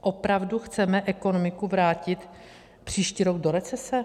Opravdu chceme ekonomiku vrátit příští rok do recese?